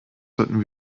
sollten